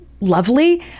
lovely